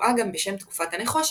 הידועה גם בשם תקופת הנחושת,